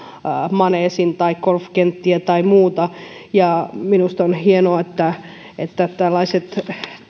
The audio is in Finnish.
maneesin tai golfkenttiä tai muuta ja minusta on hienoa että että tällaiset